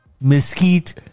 Mesquite